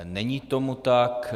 Není tomu tak.